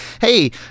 hey